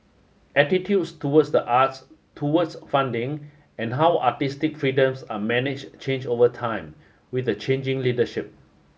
attitudes towards the arts towards funding and how artistic freedoms are managed change over time with the changing leadership